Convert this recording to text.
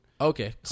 Okay